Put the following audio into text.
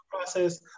process